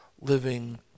living